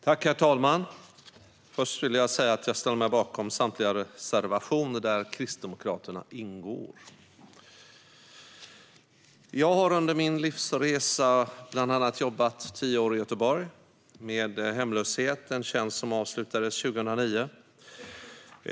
Herr talman! Först vill jag säga att jag ställer mig bakom samtliga reservationer där Kristdemokraterna ingår. Jag har under min livsresa bland annat jobbat i tio år i Göteborg med hemlöshet, en tjänst som avslutades 2009.